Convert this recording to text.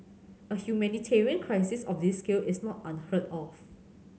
a humanitarian crisis of this scale is not unheard of